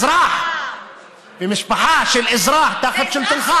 אזרח ממשפחה של אזרח תחת שלטונך,